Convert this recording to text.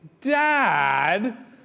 Dad